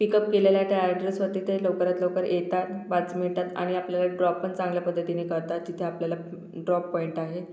pickup केलेल्या त्या ॲड्रेसवरती ते लवकरात लवकर येतात पाच मिनटात आणि आपल्याला ड्राॅप पण चांगल्या पद्धतीने करतात तिथे आपल्याला ड्राॅप पॉईंट आहे